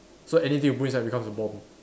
so anything you put inside it becomes a bomb